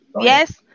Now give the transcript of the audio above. yes